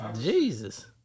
Jesus